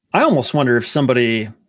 i almost wonder if somebody,